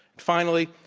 finally,